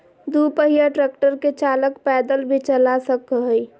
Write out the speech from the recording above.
दू पहिया ट्रेक्टर के चालक पैदल भी चला सक हई